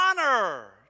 honor